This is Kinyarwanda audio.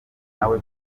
nawe